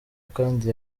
kandi